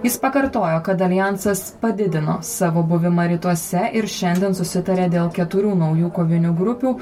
jis pakartojo kad aljansas padidino savo buvimą rytuose ir šiandien susitarė dėl keturių naujų kovinių grupių